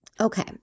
Okay